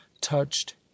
touched